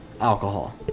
alcohol